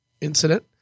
incident